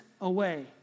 away